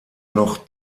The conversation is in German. noch